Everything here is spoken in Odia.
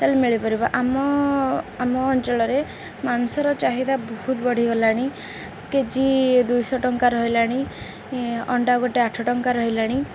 ତାେଲ ମିଳିପାରିବ ଆମ ଆମ ଅଞ୍ଚଳରେ ମାଂସର ଚାହିଦା ବହୁତ ବଢ଼ିଗଲାଣି କେ ଜି ଦୁଇଶହ ଟଙ୍କା ରହିଲାଣି ଅଣ୍ଡା ଗୋଟିଏ ଆଠ ଟଙ୍କା ରହିଲାଣି